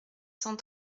cent